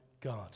God